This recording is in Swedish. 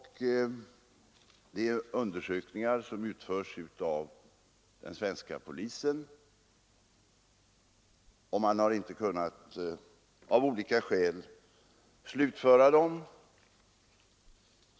Dessa undersökningar, som utförs av den svenska polisen, har av olika skäl ännu inte kunnat slutföras.